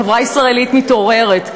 החברה הישראלית מתעוררת.